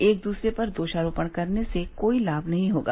एक दूसरे पर दोषारोपण करने से कोई लाभ नहीं होगा